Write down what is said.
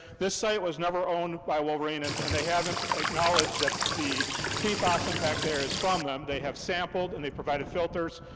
this site was never owned by wolverine, and and they haven't acknowledged that the pfas impact there is from them, they have sampled, and they've provided filters,